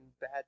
bad